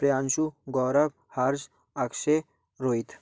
Priyanshu Gaurav Harsh Akshay Rohit